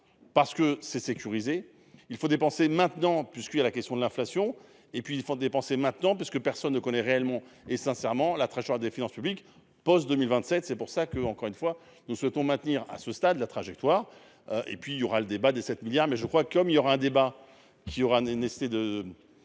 Parce que c'est sécurisé. Il faut dépenser maintenant puisqu'il y a la question de l'inflation et puis il faut dépenser maintenant parce que personne ne connaît réellement et sincèrement la très cher à des finances publiques post-2027. C'est pour ça que, encore une fois nous souhaitons maintenir à ce stade la trajectoire. Et puis il y aura le débat des 7 milliards, mais je crois comme il y aura un débat qui aura essaie de.